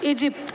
Egypt